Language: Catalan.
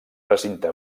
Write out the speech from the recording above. recinte